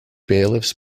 bailiffs